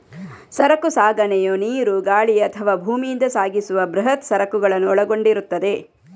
ಸರಕು ಸಾಗಣೆಯು ನೀರು, ಗಾಳಿ ಅಥವಾ ಭೂಮಿಯಿಂದ ಸಾಗಿಸುವ ಬೃಹತ್ ಸರಕುಗಳನ್ನು ಒಳಗೊಂಡಿರುತ್ತದೆ